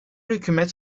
hükümet